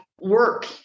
work